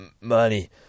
money